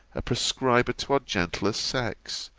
a prescriber to our gentler sex,